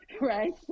Right